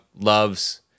loves